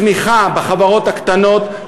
צמיחה בחברות הקטנות,